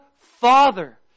Father